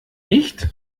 nicht